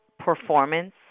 performance